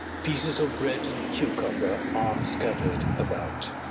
pieces of bread and cucumber are scattered about.